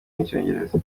n’icyongereza